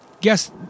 guess